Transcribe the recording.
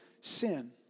sin